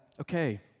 okay